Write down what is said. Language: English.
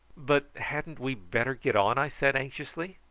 but hadn't we better get on? i said anxiously.